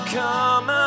come